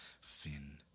Finn